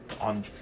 on